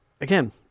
again